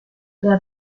der